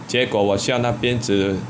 结果我去到那边只